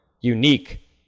unique